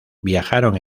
viajaron